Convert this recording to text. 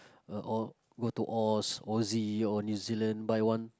all go to all Aussie or New Zealand buy one